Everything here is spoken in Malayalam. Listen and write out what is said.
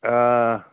ആ